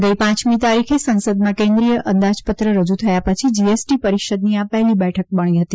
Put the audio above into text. ગઈ પાંચમી તારીખે સંસદમાં કેન્દ્રીય અંદાજપત્ર રજુ થયા પછી જીએસટી પરિષદની આ પહેલી બેઠક મળી હતી